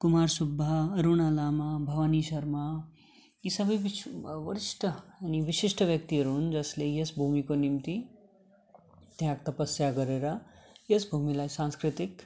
कुमार सुब्बा अरुणा लामा भवानी शर्मा यी सबै विशि वरिष्ठ अनि विशिष्ट व्यक्तिहरू हुन् जसले यो भूमिको निम्ति त्याग तपस्या गरेर यस भूमिलाई सांस्कृतिक